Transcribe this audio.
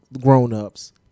grown-ups